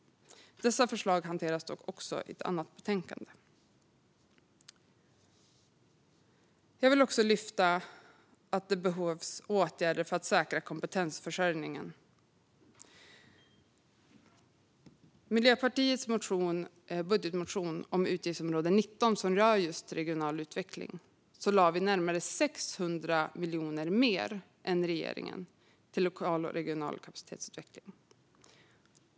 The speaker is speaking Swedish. Dessa hanteras dock i ett annat betänkande. Jag vill också lyfta upp att det behövs åtgärder för att säkra kompetensförsörjningen. I Miljöpartiets budgetmotion lade vi för utgiftsområde 19, som rör just regional utveckling, närmare 600 miljoner mer än regeringen till lokal och regional kapacitetsutveckling.